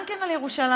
גם כן על ירושלים.